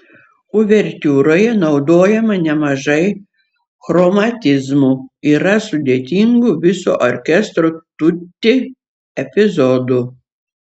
uvertiūroje naudojama nemažai chromatizmų yra sudėtingų viso orkestro tutti epizodų